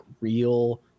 real